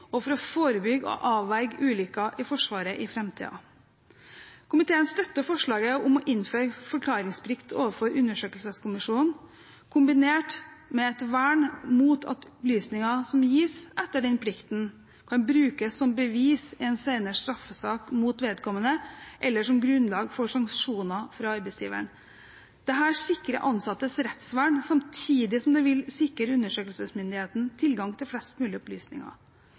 og for å forebygge og avverge ulykker i Forsvaret i framtiden. Komiteen støtter forslaget om å innføre forklaringsplikt overfor undersøkelseskommisjonen kombinert med et vern mot at opplysninger som gis etter den plikten, kan brukes som bevis i en senere straffesak mot vedkommende, eller som grunnlag for sanksjoner fra arbeidsgiveren. Dette sikrer ansattes rettsvern, samtidig som det vil sikre undersøkelsesmyndigheten tilgang til flest mulig opplysninger.